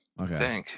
Okay